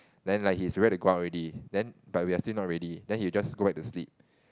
then like he is ready to go out already then but we're still not ready then he just go back to sleep